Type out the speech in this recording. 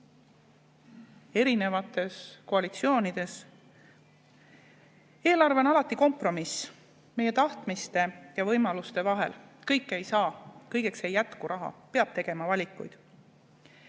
erinevates koalitsioonides. Eelarve on alati kompromiss meie tahtmiste ja võimaluste vahel, kõike ei saa, kõigeks ei jätku raha, peab tegema valikuid.